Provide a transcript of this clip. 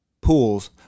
pools